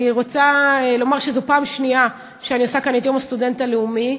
אני רוצה לומר שזאת הפעם השנייה שאני עושה כאן את יום הסטודנט הלאומי,